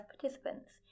participants